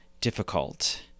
difficult